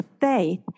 faith